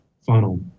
funnel